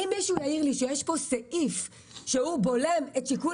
אם מישהו יעיר לי שיש פה סעיף שבולם את שיקול